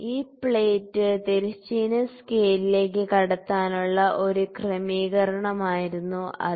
ഈ പ്ലേറ്റ് തിരശ്ചീന സ്കെയിലിലേക്ക് കടത്താനുള്ള ഒരു ക്രമീകരണമായിരുന്നു അത്